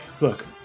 look